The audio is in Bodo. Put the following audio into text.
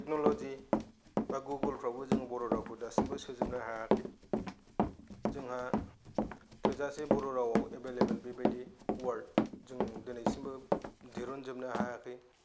टेकन'लजि बा गुबुन फ्रावबो जों बर' रावखौ दासिमबो सोजोबनो हायाखै जोंहा थोजासे बर' रावाव एभेल एभेल बेबायदि वार्द जों दिनैसिमबो दिहुनजोबनो हायाखै